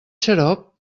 xarop